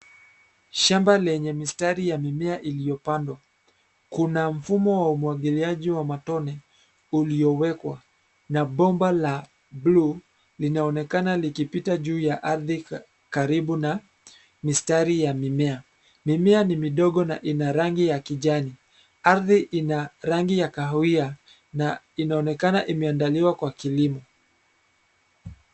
Shamba lenye mistari ya mimea iliyopandwa. Kuna mfumo wa umwagiliaji wa matone uliowekwa na bomba la bluu linaonekana likipita juu ya ardhi karibu na mistari ya mimea. Mimea ni midogo na ina rangi ya kijani. Ardhi ina rangi ya kahawia na inaonekana imeandaliwa kwa kilimo.